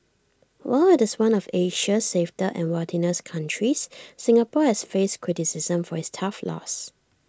while IT is one of Asia's safest and wealthiest countries Singapore has faced criticism for its tough laws